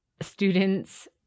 students